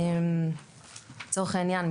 לצורך העניין,